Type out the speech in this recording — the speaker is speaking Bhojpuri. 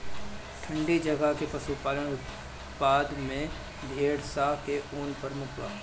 ठंडी जगह के पशुपालन उत्पाद में भेड़ स के ऊन प्रमुख बा